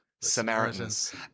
Samaritans